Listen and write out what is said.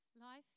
Life